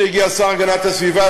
הנה הגיע השר להגנת הסביבה,